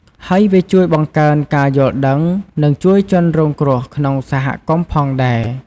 ហើយវាជួយបង្កើនការយល់ដឹង និងជួយជនរងគ្រោះក្នុងសហគមន៍ផងដែរ។